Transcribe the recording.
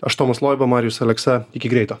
aš tomas loiba marijus aleksa iki greito